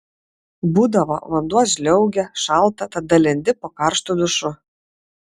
būdavo vanduo žliaugia šalta tada lendi po karštu dušu